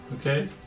Okay